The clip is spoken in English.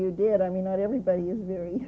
you did i mean not everybody is very